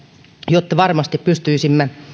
jotta varmasti pystyisimme